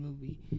movie